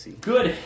Good